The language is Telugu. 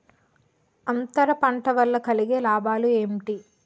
అంతర పంట వల్ల కలిగే లాభాలు ఏంటి